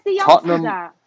Tottenham